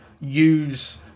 use